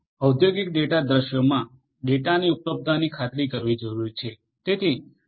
ઔદ્યોગિક ડેટા દૃશ્યોમાં ડેટાની ઉપલબ્ધતાની ખાતરી કરવી જરૂરી છે